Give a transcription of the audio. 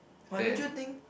but don't you think